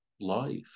life